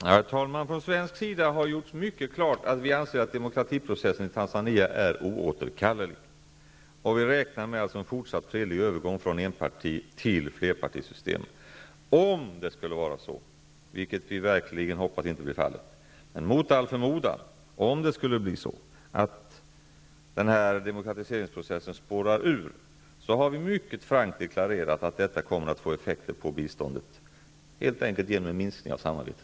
Herr talman! Från svensk sida har vi gjort mycket klart att vi anser att demokratiseringsprocessen i Tanzania är oåterkallelig. Vi räknar alltså med en fortsatt fredlig övergång från enpartisystem till flerpartisystem. Men om det mot all förmodan skulle vara så, vilket vi verkligen hoppas inte blir fallet, att demokratiseringsprocessen spårar ur, har vi mycket frankt deklarerat att det får effekter på biståndet helt enkelt genom en minskning av samarbetet.